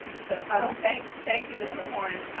um thank thank you, mr. horn.